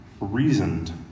reasoned